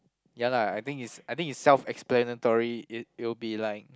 ya lah I think is I think is self explanatory it it'll be like